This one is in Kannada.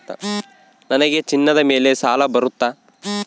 ನನಗೆ ಚಿನ್ನದ ಮೇಲೆ ಸಾಲ ಬರುತ್ತಾ?